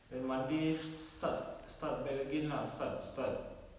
then monday start start back again lah start start